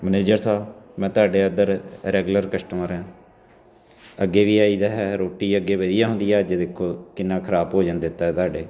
manager ਸਾਹਿਬ ਮੈਂ ਤੁਹਾਡੇ ਇੱਧਰ ਰੈਗੂਲਰ ਕਸਟਮਰ ਹਾਂ ਅੱਗੇ ਵੀ ਆਈਦਾ ਹੈ ਰੋਟੀ ਅੱਗੇ ਵਧੀਆ ਹੁੰਦੀ ਹੈ ਅੱਜ ਦੇਖੋ ਕਿੰਨਾ ਖਰਾਬ ਭੋਜਨ ਦਿੱਤਾ ਤੁਹਾਡੇ